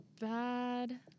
bad